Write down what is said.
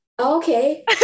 Okay